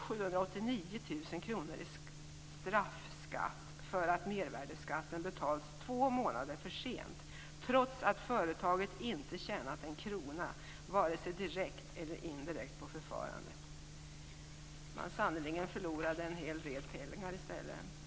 789 000 kr utgick alltså i straffskatt för att mervärdesskatten betalats två månader för sent, trots att företaget inte tjänat en krona vare sig direkt eller indirekt på förfarandet! Sannerligen förlorade det en hel del pengar i stället.